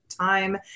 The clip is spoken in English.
time